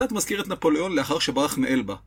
קצת מזכיר את נפוליאון לאחר שברח מאלבה.